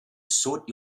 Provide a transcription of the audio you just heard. sort